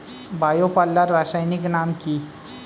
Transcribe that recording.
Bio পাল্লার রাসায়নিক নাম কি?